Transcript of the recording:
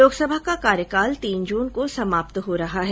लोकसभा का कार्यकाल तीन जून को समाप्त हो रहा है